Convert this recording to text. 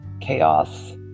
chaos